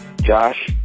Josh